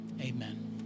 Amen